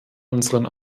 unseren